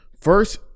First